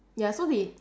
ya so they